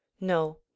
No